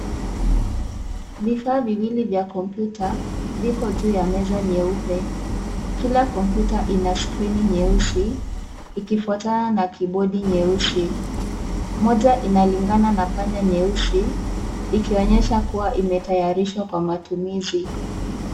Vifaa viwili vya kompyuta viko juu ya meza nyeupe, kila kompyuta ina screen nyeusi ikifwatana na kibodi nyeusi, moja inalingana na panya nyeusi ikionyesha kuwa imetayarishwa kwa matumizi.